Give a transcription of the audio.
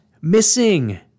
missing